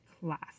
class